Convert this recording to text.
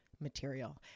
material